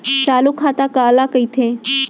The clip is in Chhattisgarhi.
चालू खाता काला कहिथे?